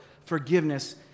forgiveness